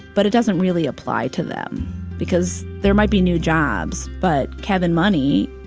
but it doesn't really apply to them because there might be new jobs, but kevin money,